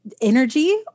energy